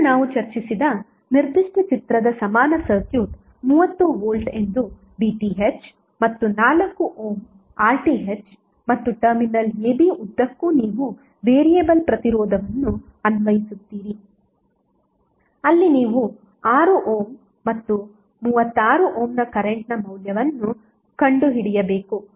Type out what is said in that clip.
ಈಗ ನಾವು ಚರ್ಚಿಸಿದ ನಿರ್ದಿಷ್ಟ ಚಿತ್ರದ ಸಮಾನ ಸರ್ಕ್ಯೂಟ್ 30 V ಎಂದು VTh ಮತ್ತು 4 ಓಮ್ RTh ಮತ್ತು ಟರ್ಮಿನಲ್ ab ಉದ್ದಕ್ಕೂ ನೀವು ವೇರಿಯಬಲ್ ಪ್ರತಿರೋಧವನ್ನು ಅನ್ವಯಿಸುತ್ತೀರಿ ಅಲ್ಲಿ ನೀವು 6 ಓಮ್ ಮತ್ತು 36 ಓಮ್ನ ಕರೆಂಟ್ನ ಮೌಲ್ಯವನ್ನು ಕಂಡುಹಿಡಿಯಬೇಕು